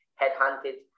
headhunted